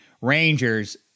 Rangers